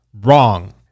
Wrong